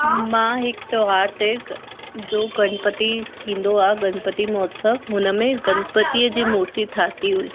मां हिकु तौहार ते जो गणपति थींदो आ गणपति महोत्सव हुन में गणपतिअ जी मूर्ति ठाही हुई